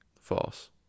false